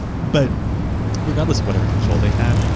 but regardless of whatever control they had,